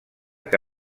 que